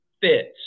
fits